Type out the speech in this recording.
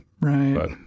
right